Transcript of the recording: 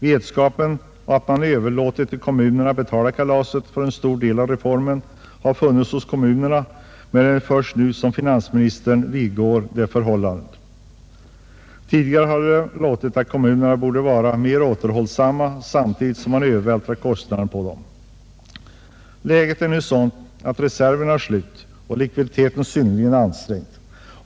Vetskapen om att man överlåtit till kommunerna att betala kalaset för en stor del av reformerna har funnits hos kommunerna, men det är först nu som finansministern vidgår detta. Tidigare har det låtit, att kommunerna borde vara mer återhållsamma, samtidigt som man övervältrat kostnader på dem. Läget är nu sådant att reserverna är slut och likviditeten synnerligen ansträngd.